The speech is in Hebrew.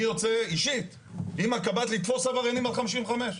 אני רוצה אישית עם הקב"ט לתפוס עבריינים על 55,